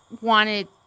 wanted